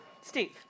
Steve